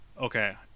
okay